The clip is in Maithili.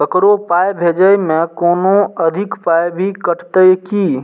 ककरो पाय भेजै मे कोनो अधिक पाय भी कटतै की?